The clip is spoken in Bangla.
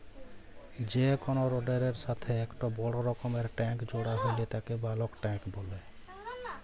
যে কোনো রোডের এর সাথেই একটো বড় রকমকার ট্যাংক জোড়া হইলে তাকে বালক ট্যাঁক বলে